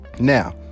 now